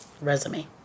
resume